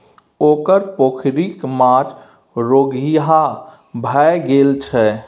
ओकर पोखरिक माछ रोगिहा भए गेल छै